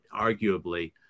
arguably